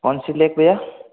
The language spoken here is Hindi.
कौनसी लेक भय्या